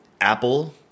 apple